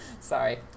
Sorry